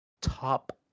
top